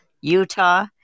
Utah